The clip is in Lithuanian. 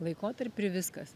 laikotarpį ir viskas